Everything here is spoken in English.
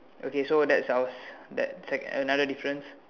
okay so that's our second another difference